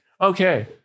Okay